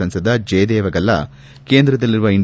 ಸಂಸದ ಜಯದೇವ ಗಲ್ಲಾ ಕೇಂದ್ರದಲ್ಲಿರುವ ಎನ್